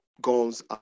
guns